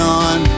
on